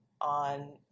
on